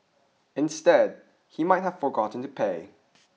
instead he might have forgotten to pay